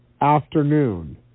Afternoon